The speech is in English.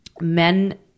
men